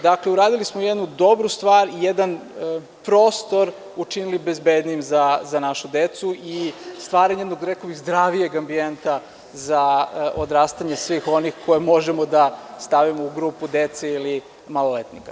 Dakle, uradili smo jednu dobru stvar, jedan prostor učinili bezbednijim za našu decu i stvaranje jednog, rekao bih, zdravijeg ambijenta za odrastanje svih onih koje možemo da stavimo u grupu dece ili maloletnika.